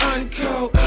Uncle